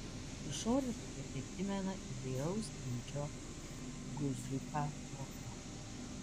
išoriškai tai primena įvairaus dydžio guziuką voke